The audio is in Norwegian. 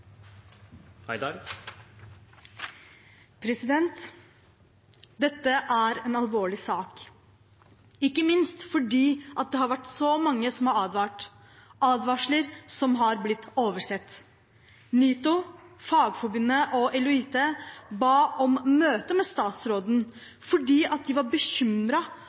Dette er en alvorlig sak, ikke minst fordi det har vært så mange som har advart – advarsler som har blitt oversett. NITO, Fagforbundet og EL og IT Forbundet ba om et møte med statsråden fordi de var